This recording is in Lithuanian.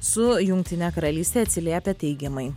su jungtine karalyste atsiliepia teigiamai